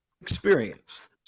experience